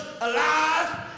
alive